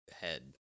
head